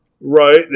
Right